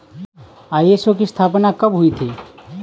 ISO की स्थापना कब हुई थी?